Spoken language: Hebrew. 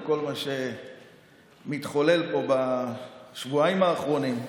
כל מה שמתחולל פה בשבועיים האחרונים,